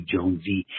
Jonesy